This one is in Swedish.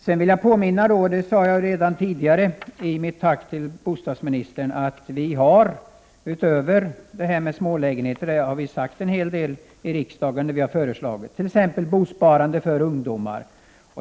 Sedan vill jag påminna om vad jag sade tidigare i mitt tack till bostadsministern — att vi utöver detta med lägenheter har föreslagit en hel del i riksdagen, t.ex. bosparande för ungdomar.